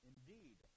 Indeed